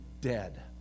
dead